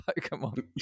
Pokemon